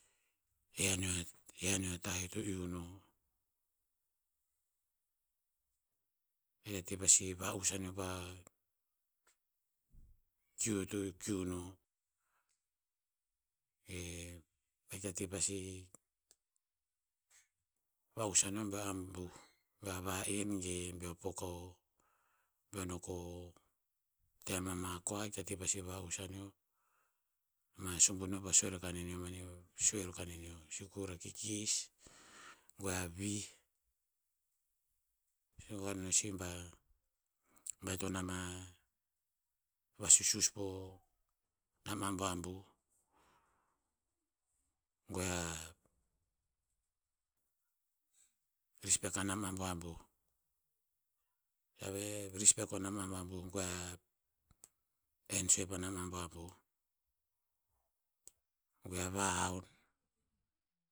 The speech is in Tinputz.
He aneo- he aneo a tah eo to iu no. Ahik ta ti pasi va'us aneo pa, kiu eo to kiu no. E, ahikta pi pasi, va'us aneo beo abuh. Beo a va'en- ge beo pok o, beo no ko, te mea ma kua ahikta ti pasi va'us aneo. Ma subu neo pa sue a ro kaneneo mani bah, sue ro kane neo, sikur a kikis, goe a vih, si ba. baiton ama, vasusuis po nam abuabuh. Goe a, rispek a nam abuabuh. rispek o nam abuabuh. Goe a en sue pa nam abuabuh. Goe a vahaun.